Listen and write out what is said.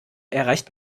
erreicht